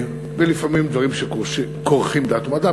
ולפעמים בדברים שכורכים דת ומדע,